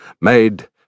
made